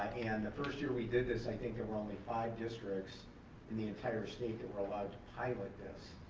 and the first year we did this, i think there were only five districts in the entire state that were allowed to pilot this.